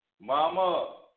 mama